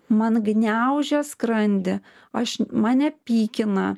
man gniaužia skrandį aš mane pykina